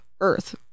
Earth